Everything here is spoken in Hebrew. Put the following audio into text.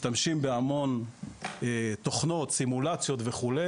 אנחנו משתמשים בהמון תוכנות סימולציות וכו',